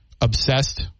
obsessed